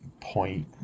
point